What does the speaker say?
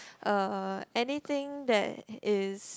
uh anything that is